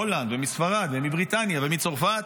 מהולנד ומספרד ומבריטניה ומצרפת.